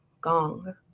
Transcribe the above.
gong